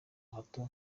hato